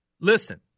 Listen